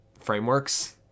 frameworks